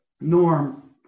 Norm